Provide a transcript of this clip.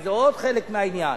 שזה עוד חלק מהעניין.